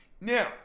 Now